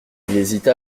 hésita